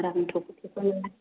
आराम थख' थख'नो